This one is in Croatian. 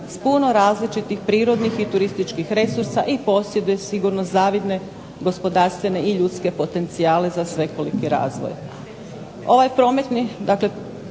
s puno različitih prirodnih i turističkih resursa i posjeduje sigurno zavidne gospodarstvene i ljudske potencijale za svekoliki razvoj.